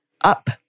up